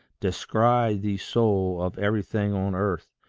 descry thee soul of everything on earth.